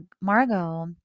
Margot